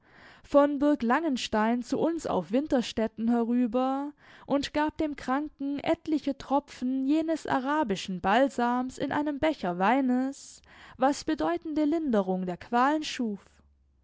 von burg langenstein zu uns auf winterstetten herüber und gab dem kranken etliche tropfen jenes arabischen balsams in einem becher weines was bedeutende linderung der qualen schuf